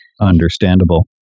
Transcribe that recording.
Understandable